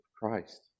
Christ